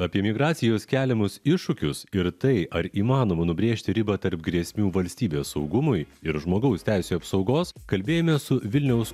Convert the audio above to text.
apie migracijos keliamus iššūkius ir tai ar įmanoma nubrėžti ribą tarp grėsmių valstybės saugumui ir žmogaus teisių apsaugos kalbėjomės su vilniaus